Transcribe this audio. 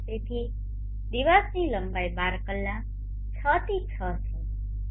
તેથી દિવસની લંબાઈ 12 કલાક 6 થી 6 છે